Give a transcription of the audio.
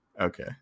Okay